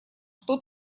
что